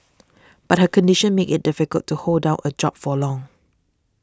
but her condition made it difficult to hold down a job for long